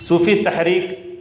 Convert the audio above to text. صوفی تحریک